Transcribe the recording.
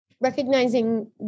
recognizing